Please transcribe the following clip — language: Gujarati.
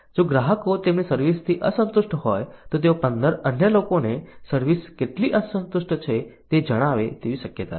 જો ગ્રાહકો તેમની સર્વિસ થી અસંતુષ્ટ હોય તો તેઓ 15 અન્ય લોકોને સર્વિસ કેટલી અસંતુષ્ટ છે તે જણાવે તેવી શક્યતા છે